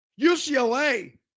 UCLA